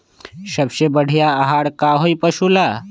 सबसे बढ़िया आहार का होई पशु ला?